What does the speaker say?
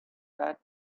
that